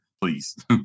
please